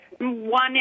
One